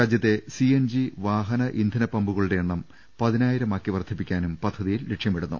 രാജ്യത്തെ സിഎൻജി വാഹന ഇന്ധന പമ്പുകളുടെ എണ്ണം പതിനായിരം ആക്കി വർധിപ്പിക്കാനും പദ്ധതിയിൽ ലക്ഷ്യമിടുന്നു